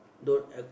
don't